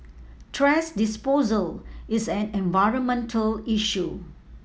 thrash disposal is an environmental issue